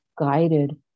guided